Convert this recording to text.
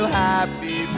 happy